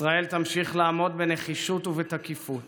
ישראל תמשיך לעמוד בנחישות ובתקיפות